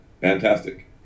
Fantastic